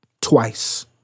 Twice